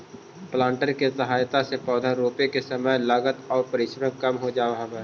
planter के सहायता से पौधा रोपे में समय, लागत आउ परिश्रम कम हो जावऽ हई